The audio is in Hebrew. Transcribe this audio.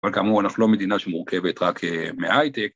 ‫אבל כמובן, אנחנו לא מדינה ‫שמורכבת רק מהייטק.